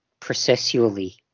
processually